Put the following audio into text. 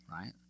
right